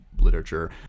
literature